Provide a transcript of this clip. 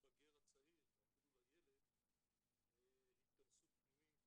למתבגר הצעיר או אפילו לילד התכנסות פנימית,